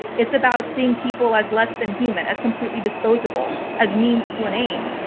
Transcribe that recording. it's about seeing people as less than human, as completely disposable, as means to an aim.